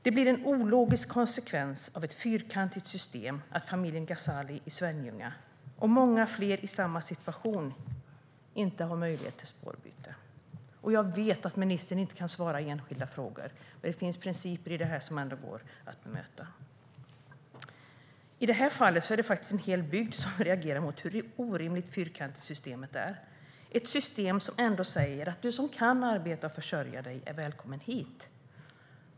Det blir en ologisk konsekvens av ett fyrkantigt system att familjen Ghazali i Svenljunga, och många fler i samma situation, inte har möjlighet till spårbyte. Jag vet att ministern inte kan svara på frågor om enskilda fall. Men det finns principer i detta som ändå går att bemöta. I det här fallet reagerar en hel bygd mot hur orimligt fyrkantigt systemet är. Det är ändå ett system som innebär att den som kan arbeta och försörja sig är välkommen hit.